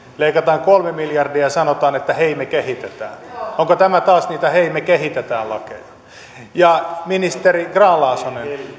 leikataan kolme miljardia ja sanotaan että hei me kehitetään onko tämä taas niitä hei me kehitetään lakeja ministeri grahn laasonen